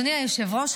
אדוני היושב-ראש,